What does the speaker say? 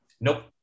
Nope